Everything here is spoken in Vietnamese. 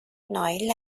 nói